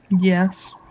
Yes